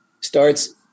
starts